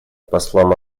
послом